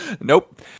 Nope